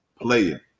player